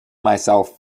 myself